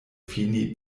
fini